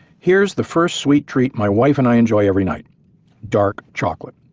here's the first sweet treat my wife and i enjoy every night dark chocolate.